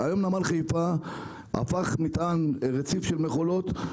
היום נמל חיפה הפך מטען רציף של מכולות,